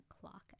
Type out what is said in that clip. clock